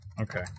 Okay